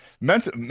mental